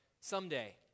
someday